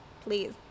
Please